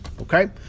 okay